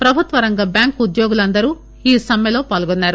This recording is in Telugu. ప్రభుత్వ రంగ ట్యాంకు ఉద్యోగులందరూ ఈ సమ్మెలో పాల్గొన్నారు